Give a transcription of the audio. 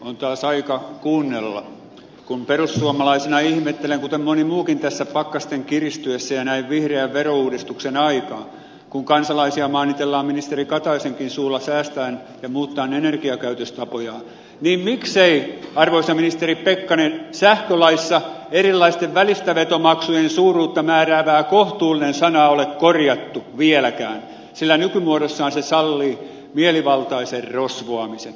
on taas aika kuunnella kun perussuomalaisena ihmettelen kuten moni muukin tässä pakkasten kiristyessä ja näin vihreän verouudistuksen aikaan kun kansalaisia maanitellaan ministeri kataisenkin suulla säästämään ja muuttamaan energiakäytöstapojaan miksei arvoisa ministeri pekkarinen sähkölaissa erilaisten välistävetomaksujen suuruutta määräävää kohtuullinen sanaa ole vieläkään korjattu sillä nykymuodossaan se sallii mielivaltaisen rosvoamisen